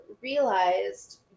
realized